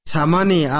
Samani